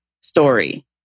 story